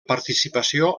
participació